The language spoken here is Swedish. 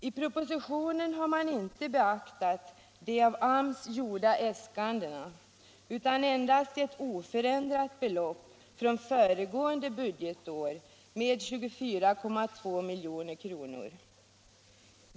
I propositionen har man inte beaktat de av AMS gjorda äskandena utan endast föreslagit oförändrat belopp från föregående budgetår med 24,2 milj.kr.